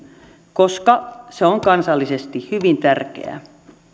koska se on kansallisesti hyvin tärkeää